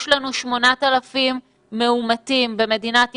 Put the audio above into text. יש לנו 8,000 מאומתים במדינת ישראל.